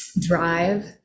drive